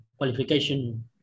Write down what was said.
Qualification